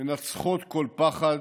מנצחות כל פחד,